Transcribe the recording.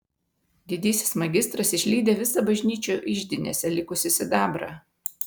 didysis magistras išlydė visą bažnyčių iždinėse likusį sidabrą